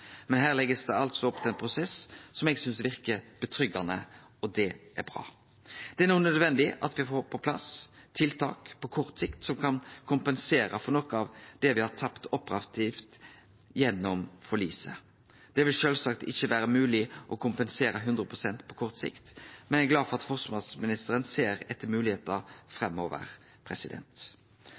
men her blir det altså lagt opp til ein prosess som eg synest verkar tillitvekkjande, og det er bra. Det er no naudsynt at me får på plass tiltak på kort sikt som kan kompensere for noko av det me har tapt operativt gjennom forliset. Det vil sjølvsagt ikkje vere mogleg å kompensere hundre prosent på kort sikt, men eg er glad for at forsvarsministeren ser etter moglegheiter framover.